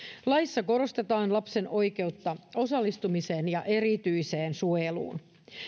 laissa korostetaan lapsen oikeutta osallistumiseen ja erityiseen suojeluun